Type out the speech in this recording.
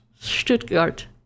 stuttgart